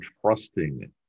trusting